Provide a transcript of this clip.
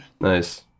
Nice